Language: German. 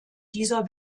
dieser